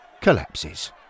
collapses